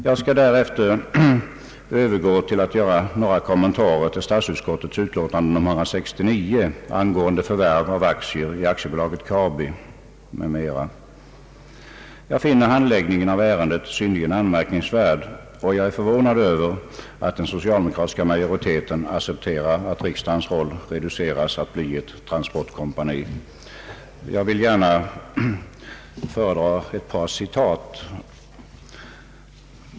Jag skall därefter göra några kommentarer till statsutskottets utlåtande nr 169 angående förvärv av aktier i AB Kabi m.m. Jag finner handläggningen av ärendet synnerligen anmärkningsvärd, och jag är förvånad över att den socialdemokratiska majoriteten accepterar att riksdagens roll reduceras till att bli ett transportkompani. Jag vill gärna föredra ett par citat.